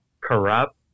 corrupt